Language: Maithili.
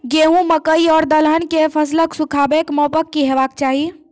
गेहूँ, मकई आर दलहन के फसलक सुखाबैक मापक की हेवाक चाही?